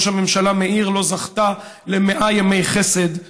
ראש הממשלה מאיר לא זכתה למאה ימי חסד.